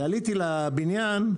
ועליתי לבניין,